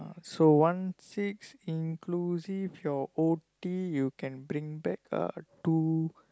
so one six inclusive your O_T you can bring back uh two